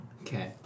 Okay